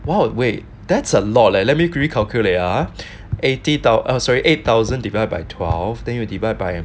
!wow! wait that's a lot leh let me to recalculate eighty thousand eh sorry eight thousand divide by twelve then you already divide by